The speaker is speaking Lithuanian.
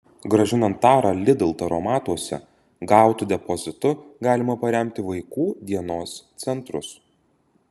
grąžinant tarą lidl taromatuose gautu depozitu galima paremti vaikų dienos centrus